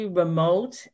remote